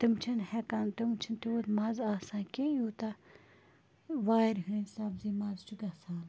تِم چھِنہٕ ہٮ۪کان تِم چھِنہٕ تیوٗت مَزٕ آسان کیٚنہہ یوٗتاہ وارِ ہٕنٛز سبزی مَزٕ چھُ گژھان